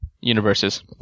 universes